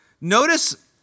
Notice